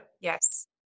Yes